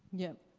yeah,